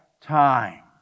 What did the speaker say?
time